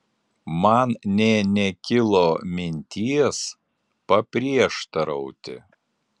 man nė nekilo minties paprieštarauti